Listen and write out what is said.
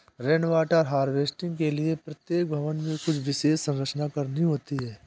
rain water harvesting के लिए प्रत्येक भवन में कुछ विशेष संरचना करनी होती है